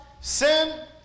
sin